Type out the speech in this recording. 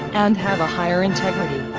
and have a higher integrity.